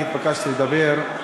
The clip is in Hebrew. אני ביקשתי לדבר,